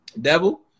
devil